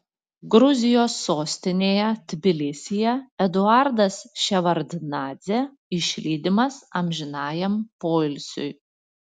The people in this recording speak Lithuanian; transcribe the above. gruzijos sostinėje tbilisyje eduardas ševardnadzė išlydimas amžinajam poilsiui